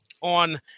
on